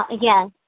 Yes